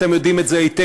אתם יודעים את זה היטב,